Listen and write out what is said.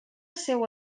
seua